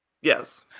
Yes